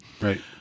Right